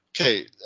okay